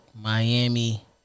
miami